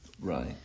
Right